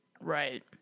Right